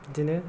बिदिनो